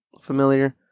familiar